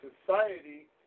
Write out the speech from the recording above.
society